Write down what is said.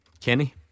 Kenny